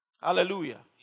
Hallelujah